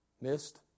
missed